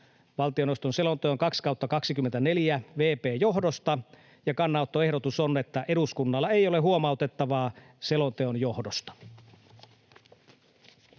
valtioneuvoston selonteon 2/2024 vp johdosta, ja kannanottoehdotus on, että eduskunnalla ei ole huomautettavaa selonteon johdosta.